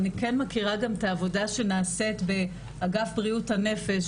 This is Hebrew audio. אבל אני כן מכירה את העבודה שנעשית באגף בריאות הנפש,